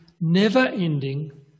never-ending